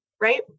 right